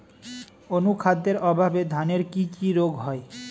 অনুখাদ্যের অভাবে ধানের কি কি রোগ হয়?